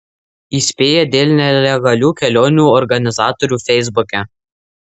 įspėja dėl nelegalių kelionių organizatorių feisbuke